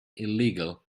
illegal